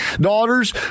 daughters